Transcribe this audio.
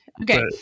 Okay